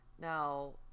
now